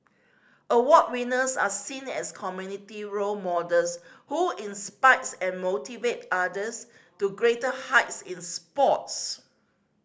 award winners are seen as community role models who inspires and motivate others to greater heights in sports